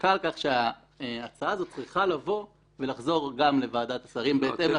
חזקה על כך שההצעה הזאת צריכה לבוא ולחזור גם לוועדת שרים בהתאם להחלטה.